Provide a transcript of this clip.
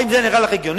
האם זה נראה לך הגיוני?